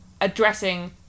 addressing